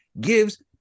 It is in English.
gives